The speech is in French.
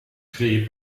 créée